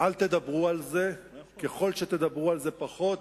אל תדברו על זה, ככל שתדברו על זה פחות